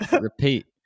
Repeat